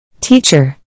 Teacher